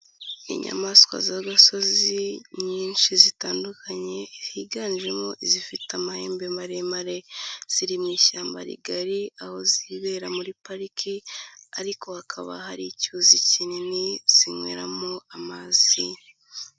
Inyamaswa z'agasozi nyinshi zitandukanye, higanjemo izifite amahembe maremare. Ziri mu ishyamba rigari, aho zibera muri pariki ariko hakaba hari icyuzi kinini, zinyweramo amazi.